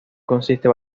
consiste